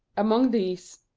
among these,